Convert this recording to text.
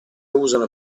usano